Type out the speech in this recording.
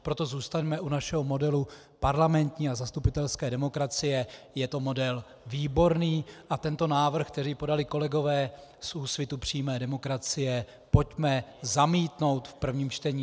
Proto zůstaňme u našeho modelu parlamentní a zastupitelské demokracie, je to model výborný, a tento návrh, který podali kolegové z Úsvitu přímé demokracie, pojďme zamítnout v prvním čtení.